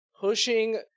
pushing